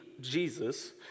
Jesus